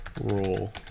Roll